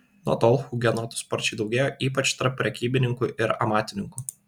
nuo tol hugenotų sparčiai daugėjo ypač tarp prekybininkų ir amatininkų